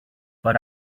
but